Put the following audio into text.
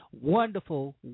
wonderful